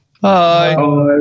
bye